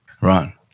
Right